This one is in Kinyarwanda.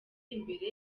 imbere